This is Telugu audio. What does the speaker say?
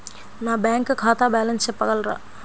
నా బ్యాంక్ ఖాతా బ్యాలెన్స్ చెప్పగలరా?